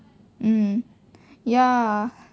mm ya